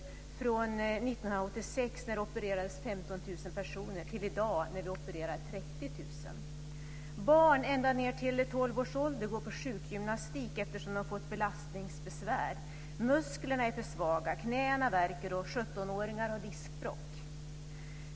1986 opererades 15 000 personer. Nu opereras 30 000. Barn ända ned till 12 års ålder går på sjukgymnastik, eftersom de har fått belastningsbesvär. Musklerna är för svaga och knäna värker. Och 17-åringar har diskbråck.